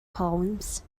poems